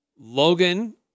Logan